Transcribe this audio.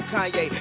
Kanye